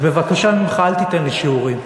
אז בבקשה ממך, אל תיתן לי שיעורים,